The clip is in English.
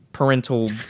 parental